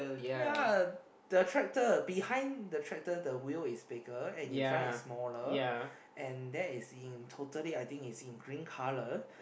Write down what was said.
ya the tractor behind the tractor the wheel is bigger and in front is smaller and that is in totally I think is in green colour